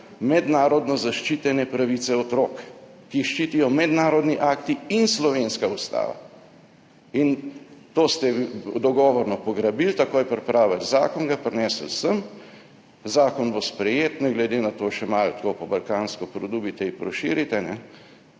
mednarodno zaščitene pravice otrok, ki jih ščitijo mednarodni akti in slovenska Ustava in to ste dogovorno pograbili, takoj pripravili zakon, ga prinesli sem, zakon bo sprejet, ne glede na to še malo, tako, po balkansko »produbite i proširite« in